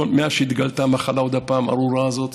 מאז שהתגלתה עוד פעם המחלה הארורה הזאת,